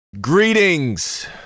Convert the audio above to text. Greetings